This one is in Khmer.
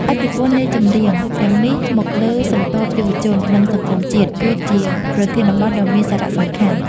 ឥទ្ធិពលនៃចម្រៀង ទាំងនេះ មកលើស្រទាប់យុវជន និងសង្គមជាតិ គឺជាប្រធានបទដ៏មានសារៈសំខាន់